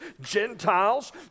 Gentiles